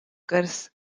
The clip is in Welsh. gwrs